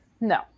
no